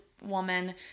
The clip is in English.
woman